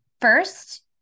first